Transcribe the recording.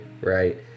right